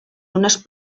unes